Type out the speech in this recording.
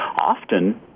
often